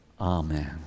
Amen